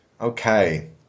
Okay